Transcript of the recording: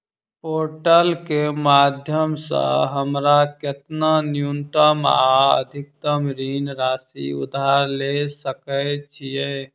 Portal केँ माध्यम सऽ हमरा केतना न्यूनतम आ अधिकतम ऋण राशि उधार ले सकै छीयै?